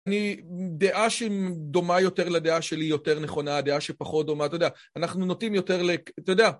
דעה שהיא דומה יותר לדעה שלי יותר נכונה, דעה שפחות דומה, אתה יודע, אנחנו נוטים יותר ל... אתה יודע.